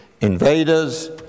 invaders